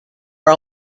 are